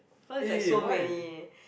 cause is like so many